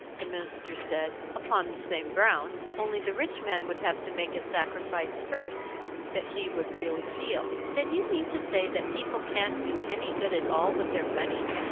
the minister said upon the same ground. only, the rich man would have to make a sacrifice first that he would really feel. then you mean to say that people can't do any good at all with their money?